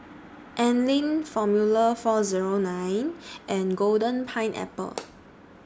Anlene Formula four Zero nine and Golden Pineapple